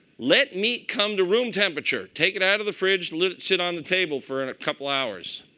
let meat come to room temperature. take it out of the fridge. let it sit on the table for and a couple hours.